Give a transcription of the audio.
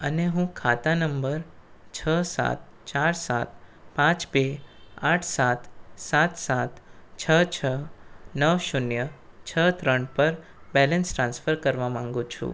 અને હું ખાતા નંબર છ સાત ચાર સાત પાંચ બે આઠ સાત સાત સાત છ છ નવ શૂન્ય છ ત્રણ પર બેલેન્સ ટ્રાન્સફર કરવા માગું છું